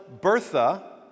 Bertha